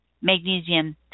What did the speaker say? magnesium